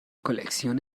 کلکسیون